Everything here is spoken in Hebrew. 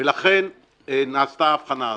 ולכן נעשתה האבחנה הזו.